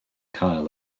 cael